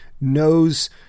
knows